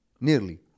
Nearly